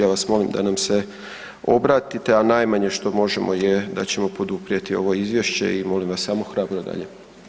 Ja vas molim da nam se obratite a najmanje što možemo je da ćemo poduprijeti ovo izvješće i molim vas samo hrabro dalje.